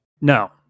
No